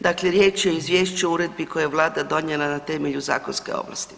Dakle riječ je o Izvješću o uredbi koju je Vlada donijela na temelju zakonske ovlasti.